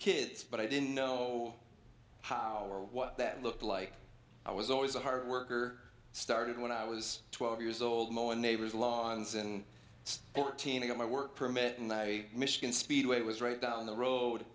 kids but i didn't know how or what that looked like i was always a hard worker started when i was twelve years old now and neighbors lawns and fourteen of my work permit and i michigan speedway was right down the road